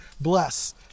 bless